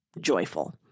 joyful